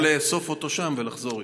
או לאסוף אותו שם ולחזור איתו.